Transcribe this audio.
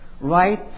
right